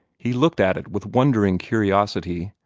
he looked at it with wondering curiosity,